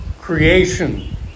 creation